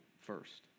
first